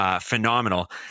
Phenomenal